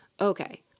Okay